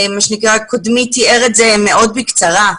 קודמי תיאר את זה מאוד בקצרה,